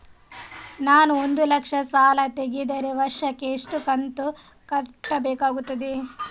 ನಾನು ಒಂದು ಲಕ್ಷ ಸಾಲ ತೆಗೆದರೆ ವರ್ಷಕ್ಕೆ ಎಷ್ಟು ಕಂತು ಕಟ್ಟಬೇಕಾಗುತ್ತದೆ?